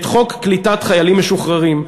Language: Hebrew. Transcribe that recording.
את חוק קליטת חיילים משוחררים,